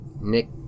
Nick